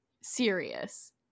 serious